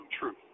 truth